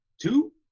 two